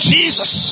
Jesus